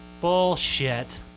bullshit